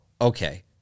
okay